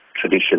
tradition